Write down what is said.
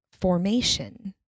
formation